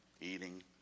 eating